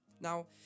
Now